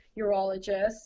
urologist